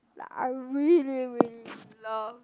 like I really really love